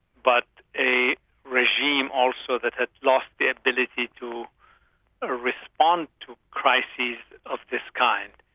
but a regime also that had lost the ability to ah respond to crises of this kind.